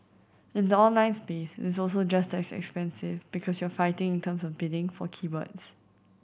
in the online space is also just as expensive because you're fighting in terms of bidding for keywords